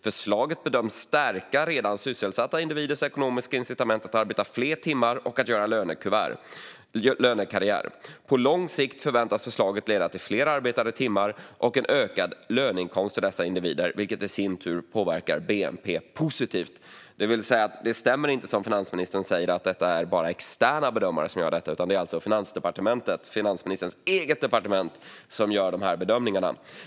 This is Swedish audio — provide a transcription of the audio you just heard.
Förslaget bedöms stärka redan sysselsatta individers ekonomiska incitament att arbeta fler timmar och att göra lönekarriär. På lång sikt förväntas förslaget leda till fler arbetade timmar och en ökad löneinkomst för dessa individer." Det kommer i sin tur att påverka bnp positivt. Det stämmer alltså inte, som finansministern säger, att det bara är externa bedömare som gör dessa bedömningar. Det är Finansdepartementet, finansministerns eget departement, som gör de här bedömningarna.